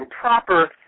proper